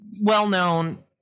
well-known